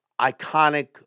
iconic